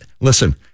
listen